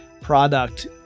product